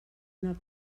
una